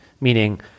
meaning